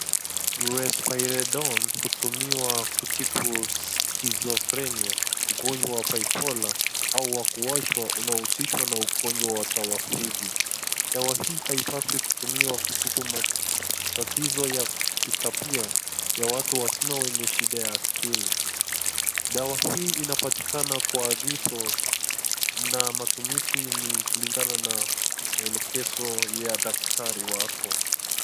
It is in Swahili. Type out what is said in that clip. Respirodon hutumiwa kutibu skizofreniare . Ugonjwa bipolar au kuwashwa unao husishwa na ugonjwa wa talapuidi. Dawa hii haipaswi kutumiwa kutibu matatizo ya kitabia ya watu wazima wenye shida ya akili. Dawa hii inapatikana kwa agizo na matumizi ni kulingana na maelekezo ya daktari wako.